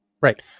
right